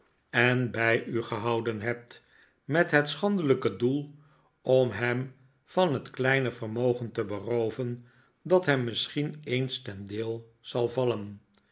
en bij u gehouden hebt met het schandelijke doel om hem van het kleine vermogen te berooven dat hem misschien eens ten deel zal vallen